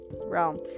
realm